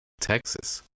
Texas